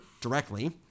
directly